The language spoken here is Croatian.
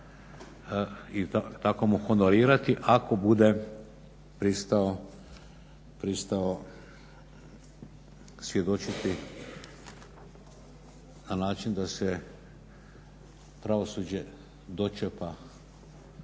i tako mu honorirati ako bude pristao svjedočiti na način da se pravosuđe dočepa